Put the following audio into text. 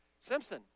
Simpson